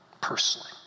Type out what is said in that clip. personally